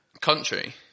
Country